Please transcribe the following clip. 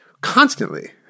Constantly